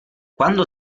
quando